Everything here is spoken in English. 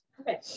Okay